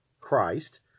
Christ